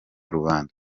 rubanda